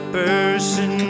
person